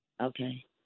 Okay